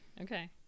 Okay